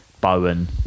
Bowen